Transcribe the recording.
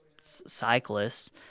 cyclists